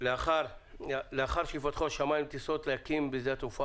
לאחר שייפתחו השמים יש להקים בשדות התעופה